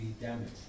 damaged